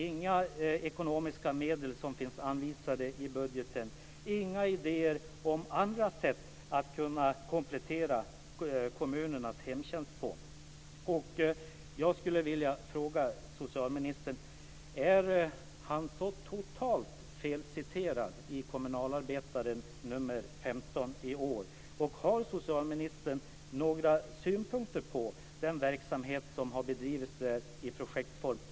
Inga ekonomiska medel finns anvisade i budgeten. Det finns inga idéer om andra sätt att komplettera kommunernas hemtjänst. Jag skulle vilja fråga socialministern om han är totalt felciterad i Kommunalarbetaren nr 15 i år. Har socialministern några synpunkter på den verksamhet som har bedrivits i projektform?